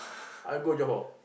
I go Johor